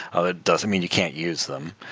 ah doesn't mean you can't use them,